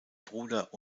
bruder